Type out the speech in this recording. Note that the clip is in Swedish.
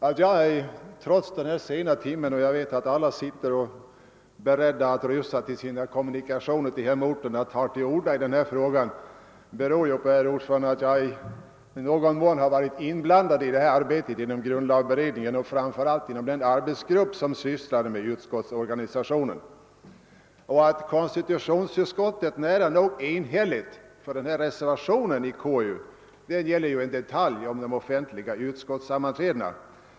Att jag vid denna tidpunkt, då jag vet att ledamöterna står beredda att resa till sina hemorter, tar till orda i denna fråga beror på att jag i någon mån har varit inblandad i grundlagberedningens arbete främst i den arbetsgrupp som har sysslat med utskottsorganisationen. Reservationen 1 till konstitutionsutskottets förevarande utlåtande gäller bara en detalj, de offentliga utskottssammanträdena.